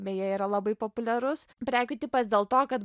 beje yra labai populiarus prekių tipas dėl to kad